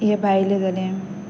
हें भायलें जालें